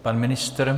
Pan ministr?